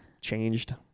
changed